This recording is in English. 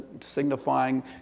signifying